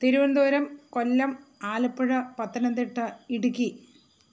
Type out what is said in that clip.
Thiruvananthapuram Kollam Alappuzha Pathanamthitta Idukki